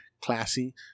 Classy